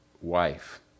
wife